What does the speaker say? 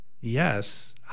Yes